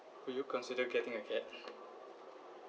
would you consider getting a cat